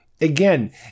again